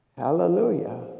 Hallelujah